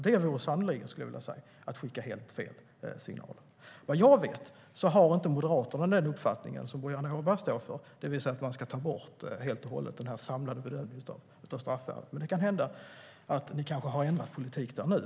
Det vore sannerligen att skicka helt fel signaler. Vad jag vet har inte Moderaterna den uppfattningen som Boriana Åberg står för, det vill säga att man helt och hållet ska ta bort den samlade bedömningen av straffvärdet. Men det kan hända att ni nu har ändrat politik.